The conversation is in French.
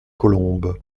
colombes